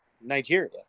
Nigeria